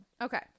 Okay